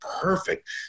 perfect